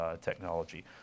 technology